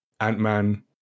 ant-man